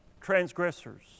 transgressors